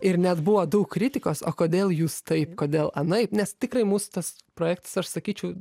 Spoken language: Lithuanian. ir net buvo daug kritikos o kodėl jūs taip kodėl anaip nes tikrai mūsų tas projektas aš sakyčiau